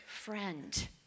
Friend